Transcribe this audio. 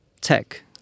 tech